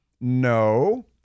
No